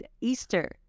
Easter